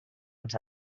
als